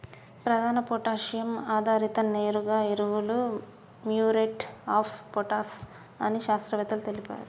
ప్రధాన పొటాషియం ఆధారిత నేరుగా ఎరువులు మ్యూరేట్ ఆఫ్ పొటాష్ అని శాస్త్రవేత్తలు తెలిపారు